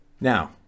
Now